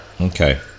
Okay